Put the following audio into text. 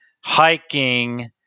hiking